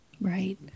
Right